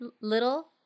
little